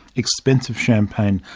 expensive champagne,